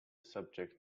subject